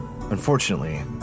Unfortunately